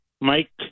Mike